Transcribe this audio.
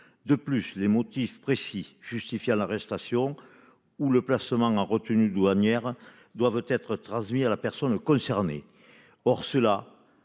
De plus, les motifs précis justifie à l'arrestation. Ou le placement en retenue douanière doivent être transmis à la personne concernée. Or, cela